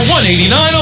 $189